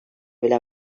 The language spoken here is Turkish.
bile